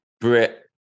Brit